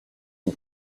une